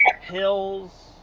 hills